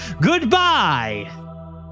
Goodbye